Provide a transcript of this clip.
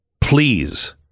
Please